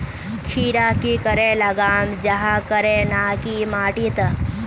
खीरा की करे लगाम जाहाँ करे ना की माटी त?